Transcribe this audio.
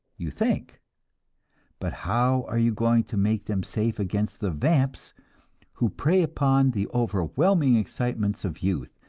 you think but how are you going to make them safe against the vamps who prey upon the overwhelming excitements of youth,